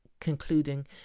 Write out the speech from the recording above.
concluding